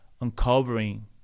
uncovering